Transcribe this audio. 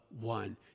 one